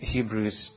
Hebrews